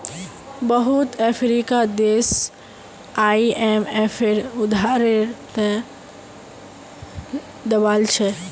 बहुत अफ्रीकी देश आईएमएफेर उधारेर त ल दबाल छ